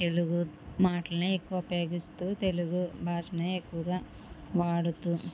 తెలుగు మాటలనే ఎక్కువ ఉపయోగిస్తూ తెలుగు భాషనే ఎక్కువగా వాడుతూ